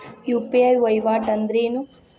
UPI ವಹಿವಾಟ್ ಅಂದ್ರೇನು?